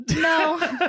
No